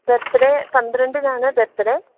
birthday പന്ത്രണ്ടിനാണ് birthday